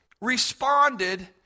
responded